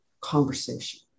conversation